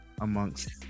amongst